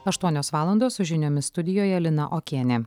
aštuonios valandos su žiniomis studijoje lina okienė